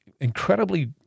incredibly